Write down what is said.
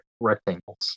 rectangles